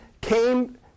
came